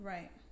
Right